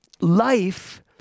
life